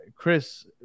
Chris